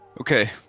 Okay